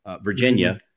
Virginia